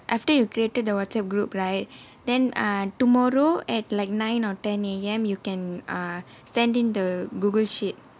after you created the WhatsApp group right then err tomorrow at like nine or ten A_M you can err send in the Google sheet